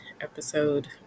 episode